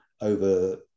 over